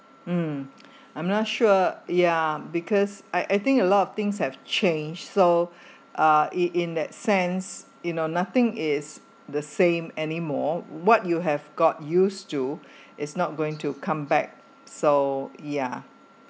mm I'm not sure ya because I I think a lot of things have change so uh in in that sense you know nothing is the same anymore what you have got used to it's not going to come back so ya